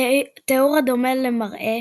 תיאור הדומה למראה